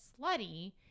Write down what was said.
slutty